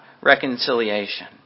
reconciliation